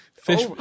Fish